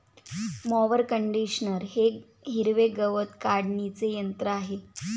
mower conditioner हे हिरवे गवत काढणीचे यंत्र आहे